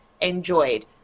enjoyed